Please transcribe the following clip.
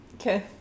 Okay